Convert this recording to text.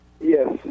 Yes